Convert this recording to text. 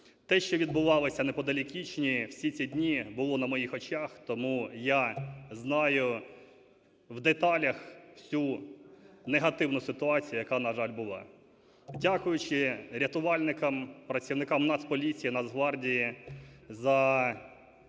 Те, що відбувалося неподалік Ічні, всі ці дні було на моїх очах, тому я знаю в деталях всю негативну ситуацію, яка, на жаль, була. Дякуючи рятувальникам, працівникамНацполіції, Нацгвардії за